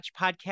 podcast